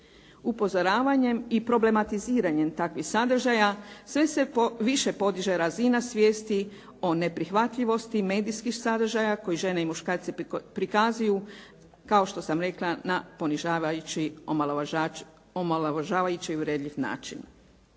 Upozoravanjem i problematiziranjem takvih sadržaja sve se više podiže razina svijesti o neprihvatljivosti medijskih sadržaja koji žene i muškarce prikazuju kao što sam rekla na ponižavajući, omalovažavajući i uvredljiv način.